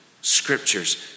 scriptures